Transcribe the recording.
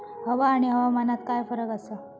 हवा आणि हवामानात काय फरक असा?